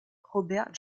robert